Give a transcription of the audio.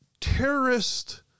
Terrorist